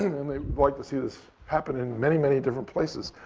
and they'd like to see this happen in many, many different places.